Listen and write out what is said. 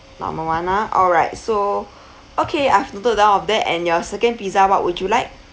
normal [one] ah alright so okay I've noted down of that and your second pizza what would you like